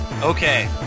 okay